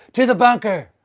to the bunker!